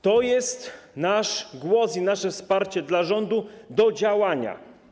To jest nasz głos i nasze wsparcie dla rządu, dla jego działania.